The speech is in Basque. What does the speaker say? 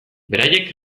beraiek